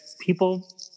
people